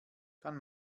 kann